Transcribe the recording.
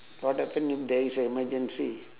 what happen if there's an emergency